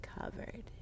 covered